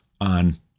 on